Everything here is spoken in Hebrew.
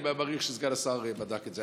אני מניח שסגן השר בדק את זה,